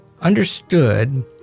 understood